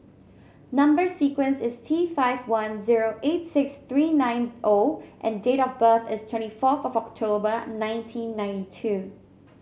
number sequence is T five one zero eight six three nine O and date of birth is twenty fourth October nineteen ninety two